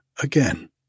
again